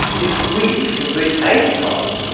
its wings can beat eighty times.